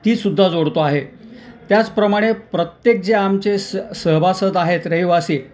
तीसुद्धा जोडतो आहे त्याचप्रमाणे प्रत्येक जे आमचे स सभासद आहेत रहिवासी